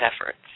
efforts